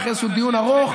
אחרי איזשהו דיון ארוך,